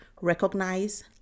recognize